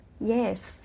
Yes